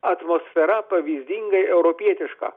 atmosfera pavyzdingai europietiška